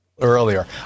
earlier